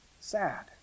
sad